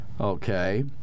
Okay